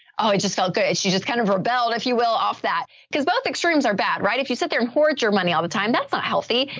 oh, it just felt good. and she just kind of rebelled if you will, off that, because both extremes are bad, right. if you sit there and hoard your money all the time, that's not healthy.